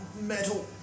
metal